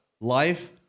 life